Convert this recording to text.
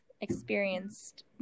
experienced